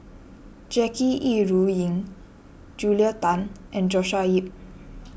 Jackie Yi Ru Ying Julia Tan and Joshua Ip